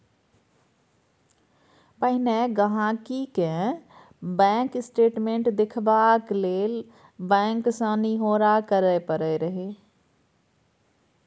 पहिने गांहिकी केँ बैंक स्टेटमेंट देखबाक लेल बैंक सँ निहौरा करय परय रहय